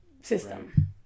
system